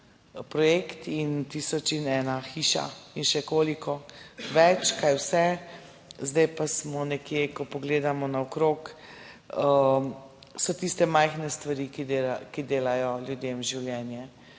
projekt in tisoč in ena hiša in še koliko več, kaj vse! Zdaj pa smo nekje, ko pogledamo naokrog, so tiste majhne stvari, ki delajo ljudem življenje